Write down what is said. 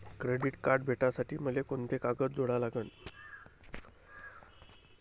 Credit card भेटासाठी मले कोंते कागद जोडा लागन?